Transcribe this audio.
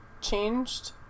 changed